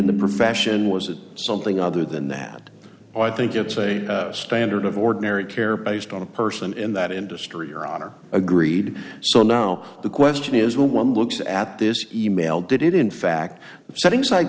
in the profession was it something other than that i think it's a standard of ordinary care based on a person in that industry your honor agreed so now the question is when one looks at this e mail did it in fact setting aside